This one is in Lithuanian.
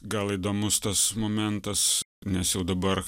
gal įdomus tas momentas nes jau dabar